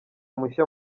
mushya